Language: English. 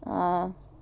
ah